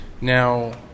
Now